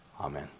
Amen